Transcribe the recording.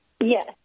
Yes